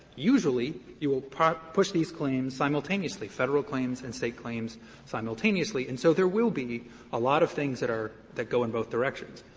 usually, you will push these claims simultaneously, federal claims and state claims simultaneously, and so there will be a lot of things that are that go in both directions.